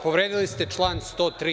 Povredili ste član 103.